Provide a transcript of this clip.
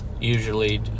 usually